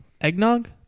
Eggnog